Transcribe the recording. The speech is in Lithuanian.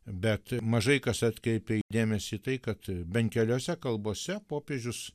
bet mažai kas atkreipė dėmesį į tai kad bent keliose kalbose popiežius